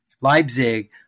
Leipzig